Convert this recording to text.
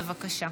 בבקשה.